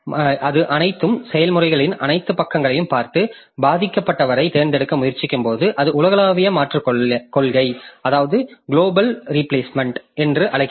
இது அனைத்து செயல்முறைகளின் அனைத்து பக்கங்களையும் பார்த்து பாதிக்கப்பட்டவரைத் தேர்ந்தெடுக்க முயற்சிக்கும்போது அது உலகளாவிய மாற்றுக் கொள்கை என்று அழைக்கப்படுகிறது